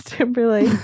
Timberlake